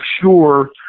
sure